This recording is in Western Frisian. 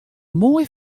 moai